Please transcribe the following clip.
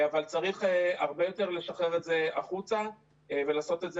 אבל צריך הרבה יותר לשחרר את זה החוצה ולעשות את זה